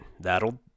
That'll